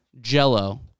Jello